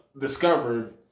discovered